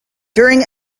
during